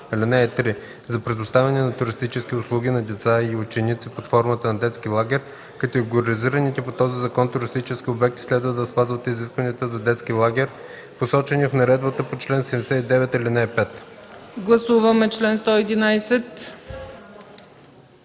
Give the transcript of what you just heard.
За предоставяне на туристически услуги на деца и ученици под формата на детски лагер категоризираните по този закон туристически обекти следва да спазват изискванията за детски лагер, посочени в наредбата по чл. 79, ал.